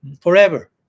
forever